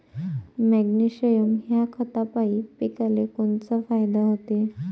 Magnesium ह्या खतापायी पिकाले कोनचा फायदा होते?